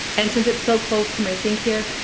and since it's so close to my sink here,